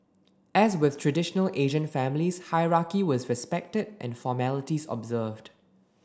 as with traditional Asian families hierarchy was respected and formalities observed